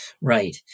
Right